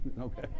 Okay